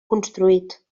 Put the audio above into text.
construït